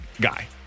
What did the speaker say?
guy